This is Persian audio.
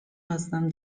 هستم